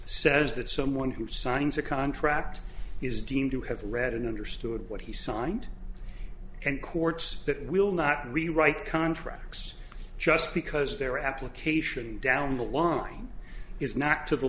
says that someone who signs a contract is deemed to have read and understood what he signed and courts that will not rewrite contracts just because their application down the line is not to the